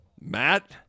Matt